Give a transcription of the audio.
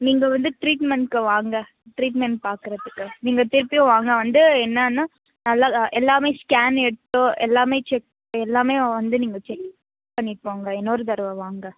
நீங்கள் வந்து ட்ரீட்மெண்ட்க்கு வாங்க ட்ரீட்மெண்ட் பார்க்கறதுக்கு நீங்கள் திரும்பியும் வாங்க வந்து என்னென்னு எல்லா எல்லாமே ஸ்கேன் எடுத்தோ எல்லாமே செக் எல்லாமே வந்து நீங்கள் செக் பண்ணிக்கோங்க இன்னொரு தடவை வாங்க